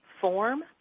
form